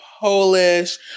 Polish